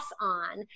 on